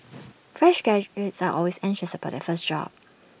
fresh graduates are always anxious about their first job